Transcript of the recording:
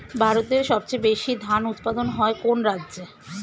ভারতের সবচেয়ে বেশী ধান উৎপাদন হয় কোন রাজ্যে?